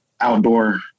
outdoor